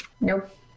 Nope